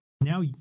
Now